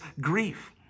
grief